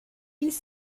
ils